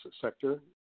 sector